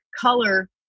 color